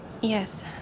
Yes